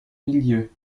milieu